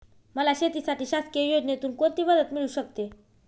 मला शेतीसाठी शासकीय योजनेतून कोणतीमदत मिळू शकते?